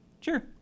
sure